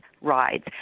rides